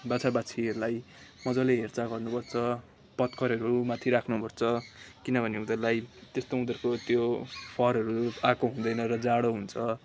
बाछा बाछीहरूलाई मजाले हेरचार गर्नुपर्छ पत्करहरूमाथि राख्नुपर्छ किनभने उनीहरूलाई त्यस्तो उनीहरूको त्यो फरहरू आएको हुँदैन र जाडो हुन्छ